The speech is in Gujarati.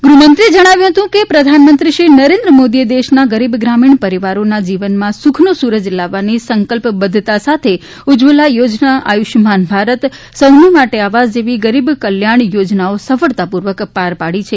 ગૃહ મંત્રીશ્રીએ સ્પષ્ટપણે જણાવ્યું કે પ્રધાનમંત્રી શ્રી નરેન્દ્રભાઇ મોદીએ દેશના ગરીબ ગ્રામીણ પરિવારોના જીવનમાં સુખનો સૂરજ લાવવાની સંકલ્પબદ્ધતા સાથે ઉજવલા યોજના આયુષ્યમાન ભારત સૌને માટે આવાસ જેવી ગરીબ કલ્યાણ યોજનાઓ સફળતાપૂર્વક પાર પાડી છે